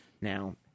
Now